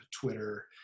Twitter